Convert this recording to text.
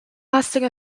lasting